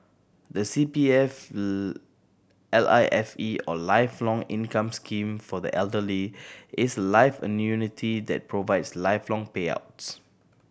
the C P F L I F E or Lifelong Income Scheme for the elderly is a life annuity that provides lifelong payouts